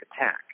attack